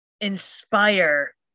inspire